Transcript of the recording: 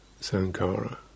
Sankara